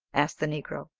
asked the negro.